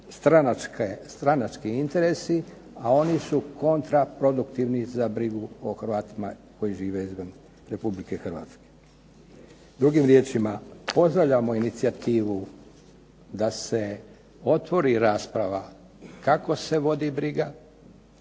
stranački interesi, a oni su kontra produktivni za brigu o Hrvatima koji žive izvan Republike Hrvatske. Drugim riječima, pozdravljamo inicijativu da se otvori rasprava kako se vodi briga,